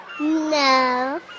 No